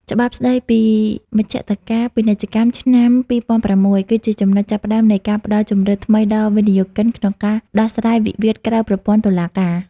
ច្បាប់ស្ដីពីមជ្ឈត្តការពាណិជ្ជកម្មឆ្នាំ ២០០៦ គឺជាចំណុចចាប់ផ្ដើមនៃការផ្ដល់ជម្រើសថ្មីដល់វិនិយោគិនក្នុងការដោះស្រាយវិវាទក្រៅប្រព័ន្ធតុលាការ។